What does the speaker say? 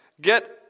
get